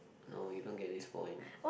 no you don't get this point